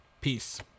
peace